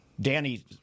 Danny